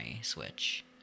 Switch